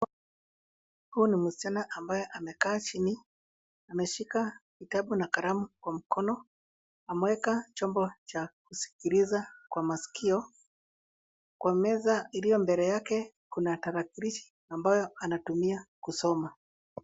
Huu ni msichana ambaye amekaa chini ameshika kitabu na kalamu kwa mkono ameweka chombo cha kusikiliza kwa masikio kwa meza iliyo mbele yake kuna tarakilishi ambayo anatumia kusoma.